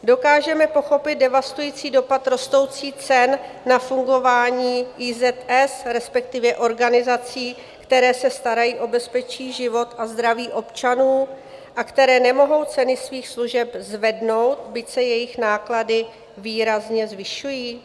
Dokážeme pochopit devastující dopad rostoucích cen na fungování IZS, respektive organizací, které se starají o bezpečí, život a zdraví občanů a které nemohou ceny svých služeb zvednout, byť se jejich náklady výrazně zvyšují?